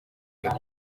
gato